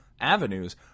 avenues